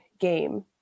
game